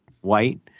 white